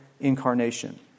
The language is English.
incarnation